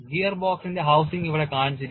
gear ബോക്സിന്റെ housing ഇവിടെ കാണിച്ചിരിക്കുന്നു